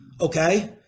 Okay